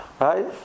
right